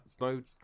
mode